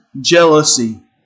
jealousy